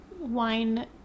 wine